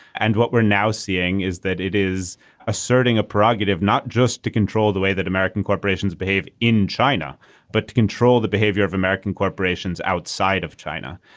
and what we're now seeing is that it is asserting a provocative not just to control the way that american corporations behave in china but to control the behavior of american corporations outside of china.